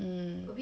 mm